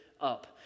up